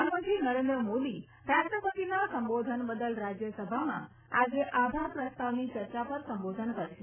પ્રધાનમંત્રી નરેન્દ્ર મોદી રાષ્ટ્રપતિના સંબોધન બદલ રાજયસભામાં આજે આભાર પ્રસ્તાવની ચર્ચા પર સંબોધન કરશે